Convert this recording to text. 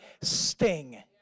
sting